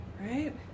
right